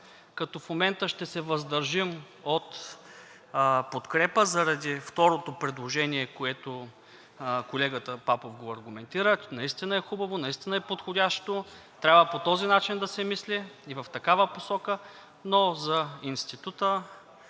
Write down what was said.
като в момента ще се въздържим от подкрепа за второто предложение, което колегата Папов аргументира. Наистина е хубаво, наистина е подходящо, трябва по този начин да се мисли и в такава посока, но за института